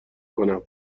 کنم